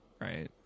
right